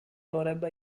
vorrebbe